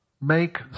make